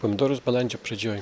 pomidorus balandžio pradžioj